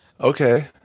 Okay